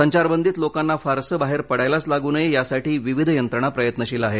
संचारबंदीत लोकांना फारसं बाहेर पडायलाच लागू नये यासाठी विविध यंत्रणा प्रयत्नशील आहेत